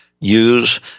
Use